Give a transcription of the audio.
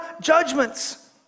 judgments